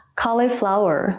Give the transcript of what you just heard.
cauliflower